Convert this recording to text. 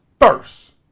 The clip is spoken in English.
first